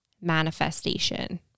manifestation